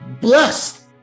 blessed